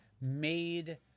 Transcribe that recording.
made